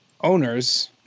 owners